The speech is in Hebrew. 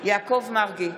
יעקב מרגי,